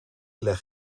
leg